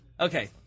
Okay